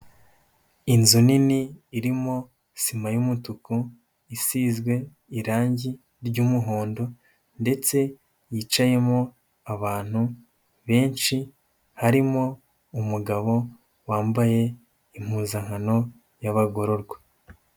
Inzu nini irimo sima y'umutuku isizwe irangi ry'umuhondo ndetse yicayemo abantu benshi harimo umugabo wambaye impuzankano y'abagororwa.